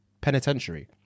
penitentiary